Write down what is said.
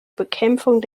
bekämpfung